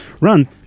run